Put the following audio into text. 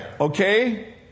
Okay